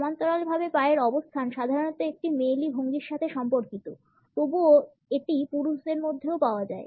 সমান্তরাল ভাবে পায়ের অবস্থান সাধারণত একটি মেয়েলি ভঙ্গির সাথে সম্পর্কিত তবে তবুও এটি পুরুষদের মধ্যেও পাওয়া যায়